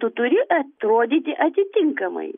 tu turi atrodyti atitinkamai